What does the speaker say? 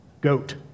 Goat